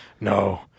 No